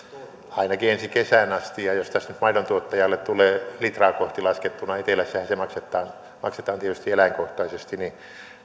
ainakin ensi kesään asti ja jos tästä nyt maidontuottajalle tulee litraa kohti laskettuna etelässähän se maksetaan maksetaan tietysti eläinkohtaisesti